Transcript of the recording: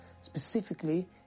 specifically